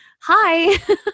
Hi